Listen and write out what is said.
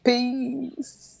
Peace